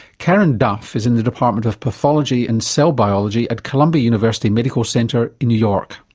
karen duff is in the department of pathology and cell biology at columbia university medical centre in new york.